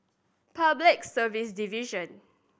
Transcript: Public Service Division